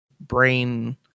Brain